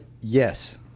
Yes